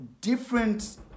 different